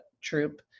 troop